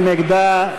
מי נגדה?